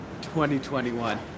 2021